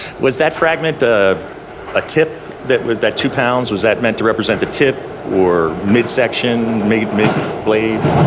was that fragment a ah tip, that that two pounds, was that meant to represent the tip, or midsection, mid mid blade?